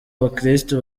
abakristu